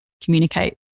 communicate